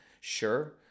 Sure